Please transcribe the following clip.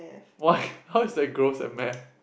why how is that gross at math